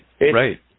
Right